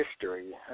history